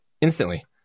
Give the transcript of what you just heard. instantly